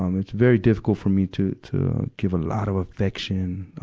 um it's very difficult for me to, to give a lot of affection,